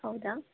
ಹೌದಾ